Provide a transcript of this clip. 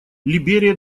либерия